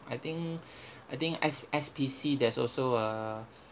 I think I think s~ S_P_C there's also a